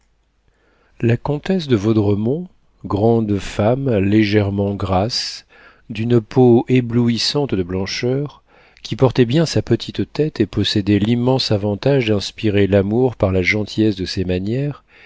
la comtesse de vaudremont grande femme légèrement grasse d'une peau éblouissante de blancheur qui portait bien sa petite tête et possédait l'immense avantage d'inspirer l'amour par la gentillesse de ses manières